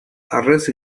harrez